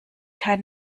kein